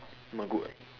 not good